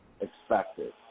expected